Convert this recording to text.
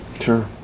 Sure